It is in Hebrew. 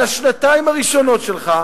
על השנתיים הראשונות שלך,